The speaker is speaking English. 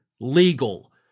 legal